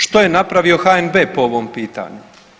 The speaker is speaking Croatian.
Što je napravio HNB po ovom pitanju.